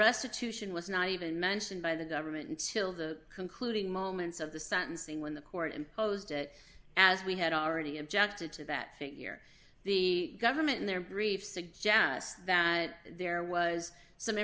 restitution was not even mentioned by the government until the concluding moments of the sentencing when the court imposed it as we had already objected to that figure the government in their briefs suggest that there was some